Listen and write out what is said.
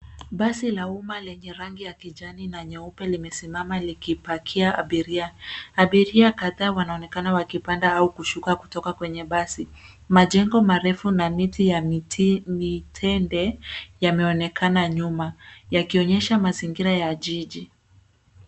Basi la uma lenye rangi ya kijani na nyeupe limesimama likipakia abiria. Abiria kadhaa wanaonekana wakipanda au kushuka kutoka kwenye basi. Majengo marefu na miti ya mitende, yameonekana nyuma, yakionyesha mazingira ya jiji.